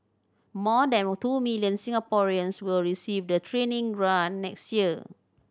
more than two million Singaporeans will receive the training grant next year